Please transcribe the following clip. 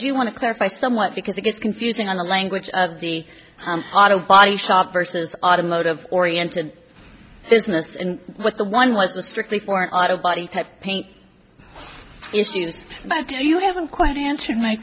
do want to clarify somewhat because it gets confusing on the language of the auto body shop versus automotive oriented business and what the one was was strictly for an auto body type pain issues but you haven't quite answered my